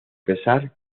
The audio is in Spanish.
pesar